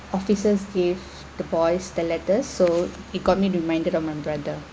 officers gave the boys the letters so it got me reminded of my brother